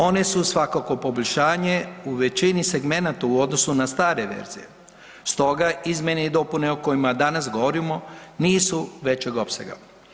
One su svakako poboljšanje u većini segmenata u odnosu na stare verzije, stoga izmjene i dopune o kojima danas govorimo nisu većeg opsega.